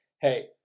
hey